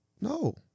No